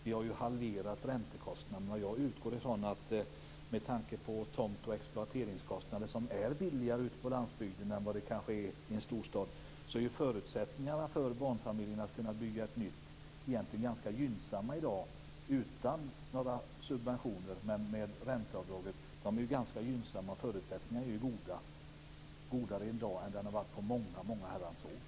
Vi har halverat räntekostnaderna. Jag utgår från att med tanke på att tomt och exploateringskostnaderna kanske är lägre på landsbygden än i en storstad är förutsättningarna för barnfamiljerna att bygga nytt, utan några subventioner men med ränteavdrag, egentligen ganska gynnsamma i dag. Förutsättningarna är godare i dag än vad de har varit på många herrans år.